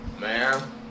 Man